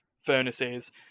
furnaces